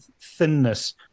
thinness